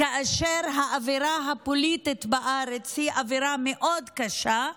כאשר האווירה הפוליטית בארץ היא אווירה מאוד קשה,